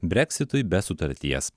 breksitui be sutarties